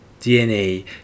DNA